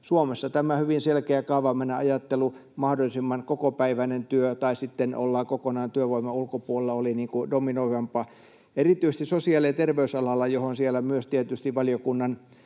Suomessa tämä hyvin selkeä kaavamainen ajattelu, mahdollisimman kokopäiväinen työ tai sitten ollaan kokonaan työvoiman ulkopuolella, oli dominoivampaa. Erityisesti sosiaali- ja terveysalalla, johon siellä myös tietysti valiokunnan